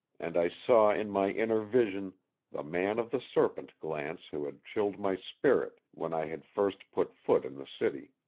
and i saw in my inner vision the man of the serpent glance who had chilled my spirit when i had first put foot in the city.